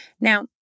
Now